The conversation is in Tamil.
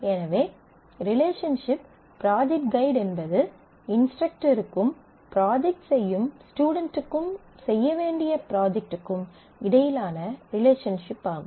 எனவே ரிலேஷன்ஷிப் ப்ராஜெக்ட் ஃகைட் என்பது இன்ஸ்ட்ரக்டருக்கும் ப்ராஜெக்ட் செய்யும் ஸ்டுடென்ட்டுக்கும் செய்ய வேண்டிய ப்ராஜெக்டிற்கும் இடையிலான ரிலேஷன்ஷிப் ஆகும்